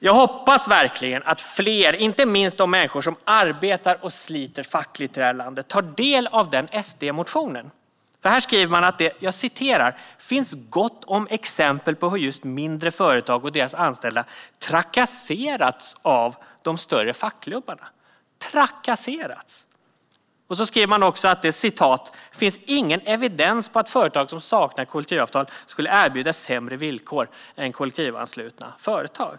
Jag hoppas verkligen att fler, inte minst de människor som arbetar och sliter fackligt i det här landet, tar del av den SD-motionen. Där skriver Sverigedemokraterna: "Däremot finns gott om exempel på hur just mindre företag och deras anställda trakasserats av de större fackklubbarna." De skriver också: "Det finns vidare ingen evidens för att företag som saknar kollektivavtal skulle erbjuda sämre villkor än kollektivavtalsanslutna företag."